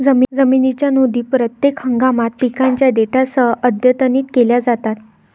जमिनीच्या नोंदी प्रत्येक हंगामात पिकांच्या डेटासह अद्यतनित केल्या जातात